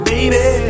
Baby